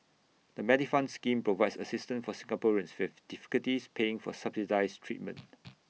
the Medifund scheme provides assistance for Singaporeans who have difficulties paying for subsidized treatment